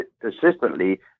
persistently